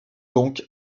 donc